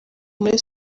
muri